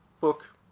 book